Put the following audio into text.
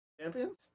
Champions